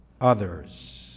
others